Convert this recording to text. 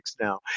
now